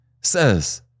says